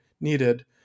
needed